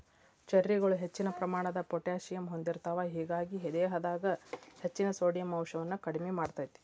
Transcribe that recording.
ಚೆರ್ರಿಗಳು ಹೆಚ್ಚಿನ ಪ್ರಮಾಣದ ಪೊಟ್ಯಾಸಿಯಮ್ ಹೊಂದಿರ್ತಾವ, ಹೇಗಾಗಿ ದೇಹದಾಗ ಹೆಚ್ಚಿನ ಸೋಡಿಯಂ ಅಂಶವನ್ನ ಕಡಿಮಿ ಮಾಡ್ತೆತಿ